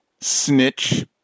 snitch